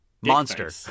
Monster